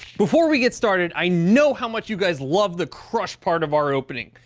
before we get started i know how much you guys love the crush part of our opening.